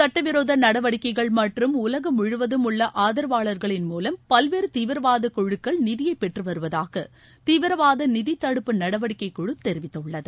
சட்டவிரோதநடவடிக்கைகள் மற்றும் உலகமுழுவதும் மூலம் பல்வேறுதீவிரவாதகுழுக்கள் நிதியைபெற்றுவருவதாகதீவிரவாதநிதிதடுப்பு நடவடிக்கை குழு தெரிவித்துள்ளது